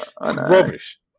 rubbish